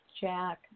Jack